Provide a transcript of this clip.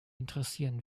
interessieren